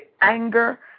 anger